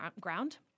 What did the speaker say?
ground